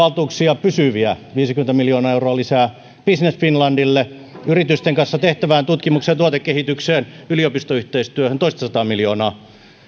pysyviä valtuuksia viisikymmentä miljoonaa euroa lisää business finlandille yritysten kanssa tehtävään tutkimukseen ja tuotekehitykseen yliopistoyhteistyöhön toistasataa miljoonaa